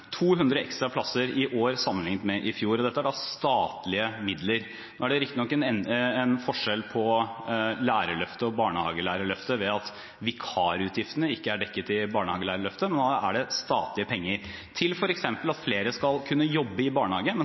200 ekstra plasser i år, sammenliknet med i fjor, og dette er statlige midler. Det er riktignok en forskjell på lærerløftet og barnehagelærerløftet ved at vikarutgiftene ikke er dekket i barnehagelærerløftet, men nå er det statlige penger, som går til f.eks. at flere skal kunne jobbe i barnehage,